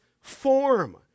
form